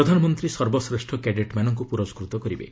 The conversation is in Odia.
ପ୍ରଧାନମନ୍ତ୍ରୀ ସର୍ବଶ୍ରେଷ କ୍ୟାଡେଟ୍ମାନଙ୍କୁ ପୁରସ୍କୃତ କରିବେ